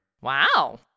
Wow